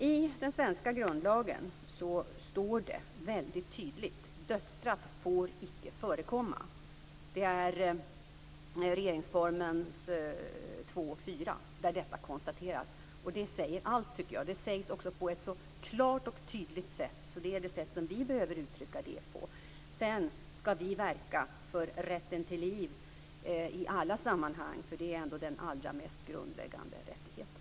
I den svenska grundlagen, i 2 kap. 4 § regeringsformen står det tydligt och klart: "Dödsstraff får icke förekomma." Det tycker jag säger allt. Det sägs på ett klart och tydligt sätt, på det sätt som vi behöver uttrycka det. I alla sammanhang skall vi verka för rätten till liv, för det är ändå den allra mest grundläggande rättigheten.